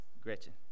Gretchen